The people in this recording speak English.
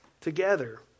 together